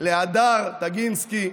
להדר טגנסקי,